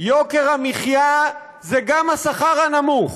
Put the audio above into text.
יוקר המחיה זה גם השכר הנמוך.